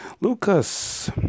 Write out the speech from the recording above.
Lucas